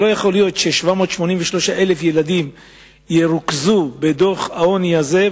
לא יכול להיות ש-783,000 ילדים יוכרו כעניים בדוח העוני הזה,